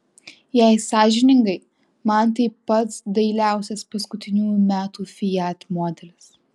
jei sąžiningai man tai pats dailiausias paskutiniųjų metų fiat modelis